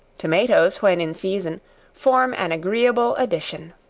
tomatoes when in season form an agreeable addition.